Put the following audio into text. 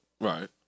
Right